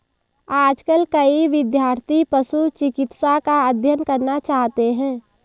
आजकल कई विद्यार्थी पशु चिकित्सा का अध्ययन करना चाहते हैं